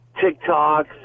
TikTok